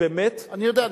באמת, אני יודע.